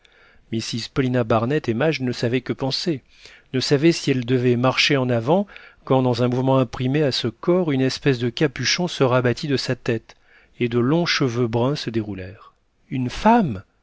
mrs paulina barnett et madge ne savaient que penser ne savaient si elles devaient marcher en avant quand dans un mouvement imprimé à ce corps une espèce de capuchon se rabattit de sa tête et de longs cheveux bruns se déroulèrent une femme